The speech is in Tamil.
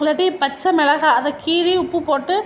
இல்லாட்டி பச்சை மிளகாய் அதை கீறி உப்பு போட்டு